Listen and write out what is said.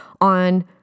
on